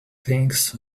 things